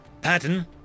Pattern